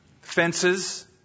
fences